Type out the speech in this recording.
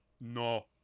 No